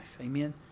Amen